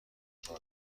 شما